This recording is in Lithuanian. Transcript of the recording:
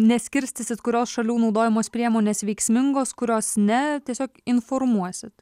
neskirstysit kurios šalių naudojamos priemonės veiksmingos kurios ne tiesiog informuosit